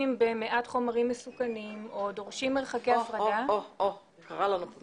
ועסקים ואין לנו כל